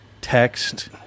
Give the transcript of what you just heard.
Text